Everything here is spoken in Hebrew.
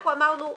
אנחנו אמרנו: